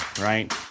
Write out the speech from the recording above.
right